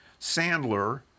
Sandler